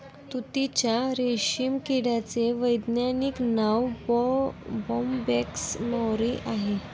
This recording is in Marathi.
तुतीच्या रेशीम किड्याचे वैज्ञानिक नाव बोंबॅक्स मोरी आहे